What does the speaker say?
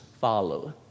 follow